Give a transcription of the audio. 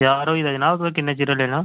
त्यार होई दा जनाब तुसें किन्ने चिरें लेना